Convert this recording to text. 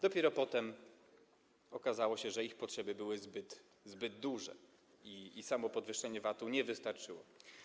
Dopiero potem okazało się, że ich potrzeby były zbyt duże i samo podwyższenie VAT-u nie wystarczyło.